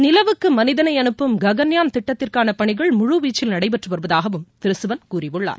நிலவுக்கு மனிதனை அனுப்பும் ககன்யான் திட்டத்திற்கான பணிகள் முழுவீச்சில் நடைபெற்று வருவதாகவும் திரு சிவன் கூறினார்